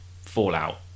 fallout